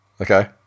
Okay